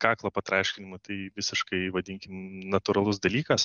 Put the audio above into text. kaklo patraškinimu tai visiškai vadinkim natūralus dalykas